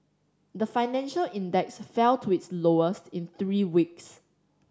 the financial index fell to its lowest in three weeks